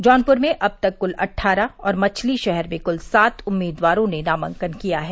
जौनपुर में अब तक कुल अट्ठारह और मछली शहर में कुल सात उम्मीदवारो ने नामांकन किया है